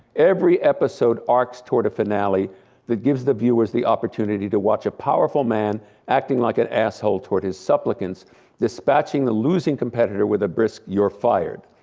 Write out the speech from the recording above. every episode arcs toward a finale that gives the viewers the opportunity to watch a powerful man acting like an asshole toward his supplicants dispatching the losing competitor with a brisk, you're fired.